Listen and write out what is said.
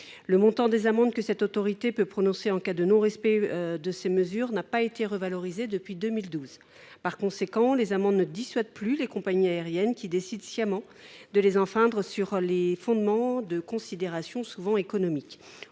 Le montant des amendes que cette autorité peut prononcer en cas de non respect de ces mesures n’a pas été revalorisé depuis 2012. Par conséquent, les amendes ne dissuadent plus les compagnies aériennes, qui décident sciemment de les enfreindre sur les fondements de considérations souvent économiques.